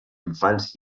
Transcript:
infants